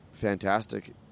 fantastic